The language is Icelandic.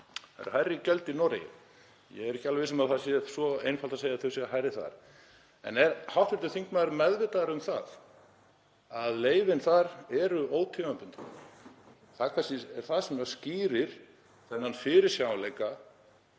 það séu hærri gjöld í Noregi. Ég er ekki alveg viss um að það sé svo einfalt að segja að þau séu hærri þar. Er hv. þingmaður meðvitaður um það að leyfin þar eru ótímabundin? Það er það sem skýrir þennan fyrirsjáanleika,